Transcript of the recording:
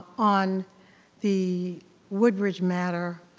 on the woodridge matter,